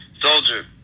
Soldier